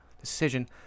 decision